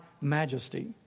majesty